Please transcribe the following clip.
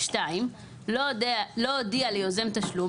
לא הודיע ליוזם תשלום,